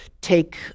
take